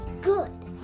good